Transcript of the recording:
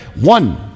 One